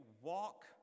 walk